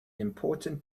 important